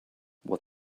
what